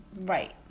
Right